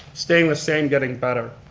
staying the same, getting better.